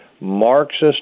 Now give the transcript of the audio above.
Marxist